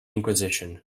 inquisition